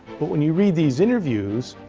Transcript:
but when you read these interviews,